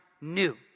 new